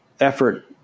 effort